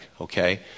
okay